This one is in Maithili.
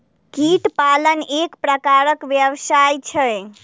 कीट पालन एक प्रकारक व्यवसाय छै